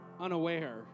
unaware